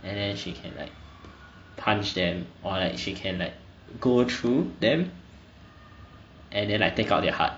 and then she can like punch them or like she can like go through them and then like take out their heart